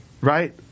Right